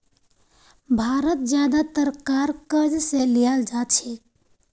भारत ज्यादातर कार क़र्ज़ स लीयाल जा छेक